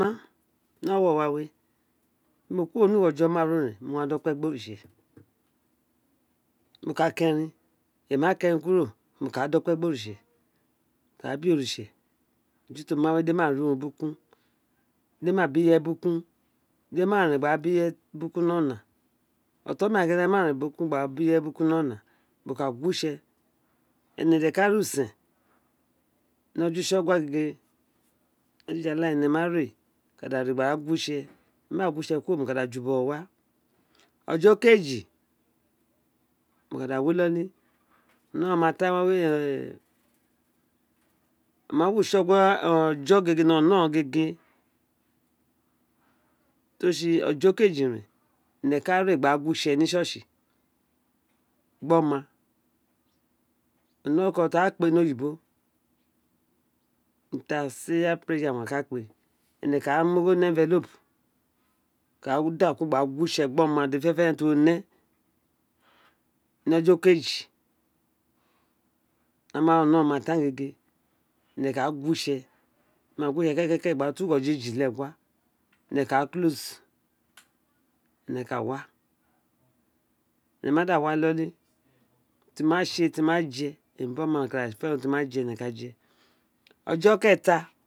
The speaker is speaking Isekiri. ni owowo wawe mo ku woro ni ọjọ máàru rén mo wa do kpe gbi oritse mo ka kọ ẹrin emi ma ko erin kuro mo ka da ọkpe gbí oritse mo da bi ẹ oriste eju to ma we ma jẹ dí emi ri urun burukun di emi ma bi ireye busukun dí emí ma rén gba bí ireye burukun ní ona ọtọn ghan dédè fénè fénè fénè ma ren gba bí ireye buruku ni ona mo ka gu wo itse énè dè ka ri usen ni ojo utsọgua gé ajijale énè ma re éne ka gu wo itse énè ka da ju bọ wa ọjọ gègè ni ọnọron gege ti o tsi ojo okeji rén énè ka re gba guwo itse nel church ni gbí oma oné oruko tí a kpe ní owuni oyibo intercider prayer owun a ka kpe ní énè ka da mí́ énvelop ka da kan gba gu wo itse gbí oma bí ireye dede fénèfénè tí o né ni ojo okeji ní ọnọrọn ma tan gége énè ka gu wo itse énè ma guwo itse kekela gba to ughọlo eji-le-gua ene ka wa mo ma da wa ni kolí tí ma tse temi wa jé bí ọma kada fé ọjọ ọkéèta